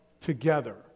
together